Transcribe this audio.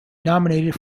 nominated